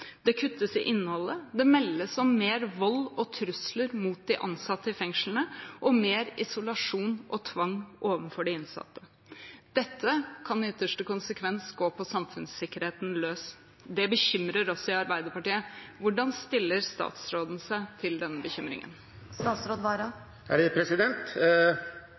Det kuttes i innholdet. Det meldes om mer vold og trusler mot de ansatte i fengslene og mer isolasjon og tvang overfor de innsatte. Dette kan i ytterste konsekvens gå på samfunnssikkerheten løs. Det bekymrer oss i Arbeiderpartiet. Hvordan stiller statsråden seg til denne bekymringen?